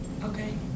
Okay